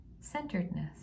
centeredness